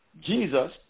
Jesus